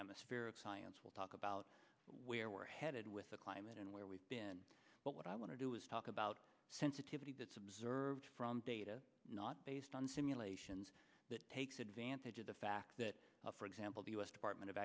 atmospheric science will talk about where we're headed with the climate and where we've been but what i want to do is talk about sensitivity that's observed from data not based on simulations that takes advantage of the fact that for example the u s department of